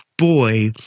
boy